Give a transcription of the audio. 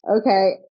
okay